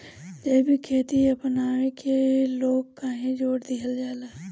जैविक खेती अपनावे के लोग काहे जोड़ दिहल जाता?